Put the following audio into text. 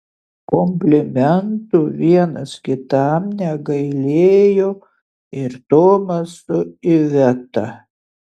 komplimentų vienas kitam negailėjo ir tomas su iveta